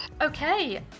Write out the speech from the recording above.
Okay